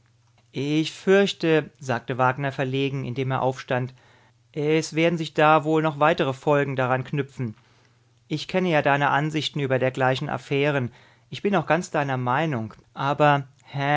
ich fürchte sagte wagner verlegen indem er aufstand es werden sich da wohl noch weitere folgen daran knüpfen ich kenne ja deine ansichten über dergleichen affären ich bin auch ganz deiner meinung aber